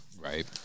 Right